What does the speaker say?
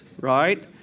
right